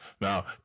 Now